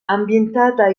ambientata